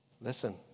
Listen